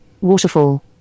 waterfall